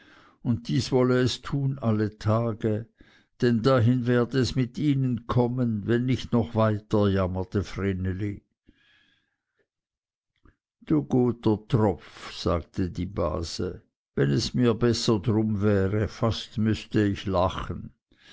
und dies wolle es tun alle tage denn dahin werde es mir ihnen kommen wenn nicht noch weiter jammerte vreneli du guter tropf sagte die base wenn es mir besser drum wäre fast müßte ich lachen